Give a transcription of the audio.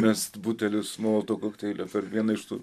mest butelis molotovo kokteilio per vieną iš tų